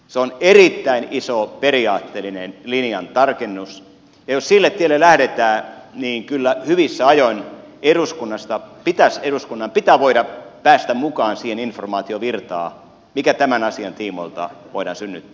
se on erittäin iso periaatteellinen linjan tarkennus ja jos sille tielle lähdetään niin kyllä hyvissä ajoin eduskunnan pitää voida päästä mukaan siihen informaatiovirtaan mikä tämän asian tiimoilta voidaan synnyttää